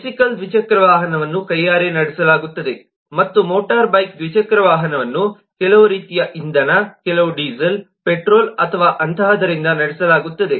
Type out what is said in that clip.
bicycle ದ್ವಿಚಕ್ರ ವಾಹನವನ್ನು ಕೈಯಾರೆ ನಡೆಸಲಾಗುತ್ತದೆ ಮತ್ತು ಮೋಟಾರು ಬೈಕು ದ್ವಿಚಕ್ರ ವಾಹನವನ್ನು ಕೆಲವು ರೀತಿಯ ಇಂಧನ ಕೆಲವು ಡೀಸೆಲ್ ಪೆಟ್ರೋಲ್ ಅಥವಾ ಅಂತಹದರಿಂದ ನಡೆಸಲಾಗುತ್ತದೆ